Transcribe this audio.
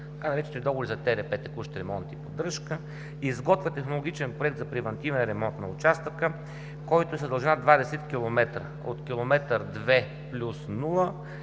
така наречените „договори за ТРП (текущ ремонт и поддръжка)“, изготвя технологичен проект за превантивен ремонт на участъка, който е с дължина 20 км – от км 2+000